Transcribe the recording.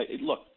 look